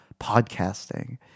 podcasting